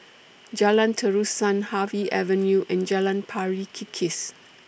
Jalan Terusan Harvey Avenue and Jalan Pari Kikis